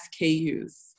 SKUs